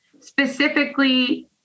specifically